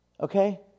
okay